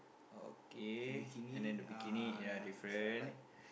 okay and then the bikini ya different